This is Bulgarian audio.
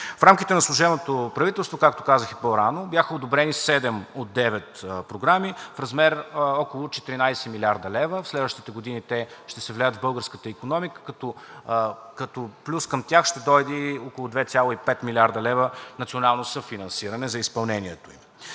В рамките на служебното правителство, както казах и по-рано, бяха одобрени седем от девет програми в размер около 14 млрд. лв. В следващите години те ще се влеят в българската икономика, като плюс към тях ще дойде около 2,5 млрд. лв. национално съфинансиране за изпълнението им.